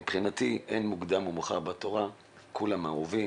מבחינתי אין מוקדם או מאוחר בתורה, כולם אהובים,